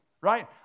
right